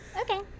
Okay